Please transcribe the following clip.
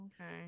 okay